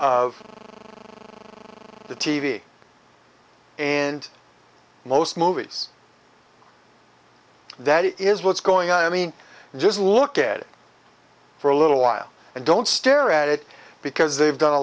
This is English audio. of the t v and most movies that is what's going on i mean just look at it for a little while and don't stare at it because they've done a